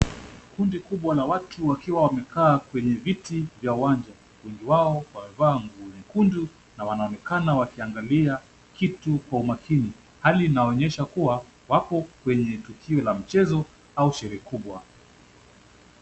Kundi kubwa la watu wakiwa wamekaa kwenye viti vya uwanja, wengi wao wamevaa nguo nyekundu na wanaonekana wakianagalia kitu kwa umakini. Hali inaonyesha kuwa wako kwenye tukio la michezo au sherehe kubwa.